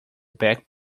back